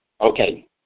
Okay